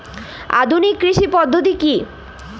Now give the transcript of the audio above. আধুনিক কৃষি পদ্ধতি কী?